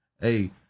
Hey